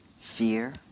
fear